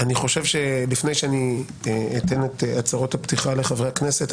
לפני שאני אתן את הצהרות הפתיחה לחברי הכנסת,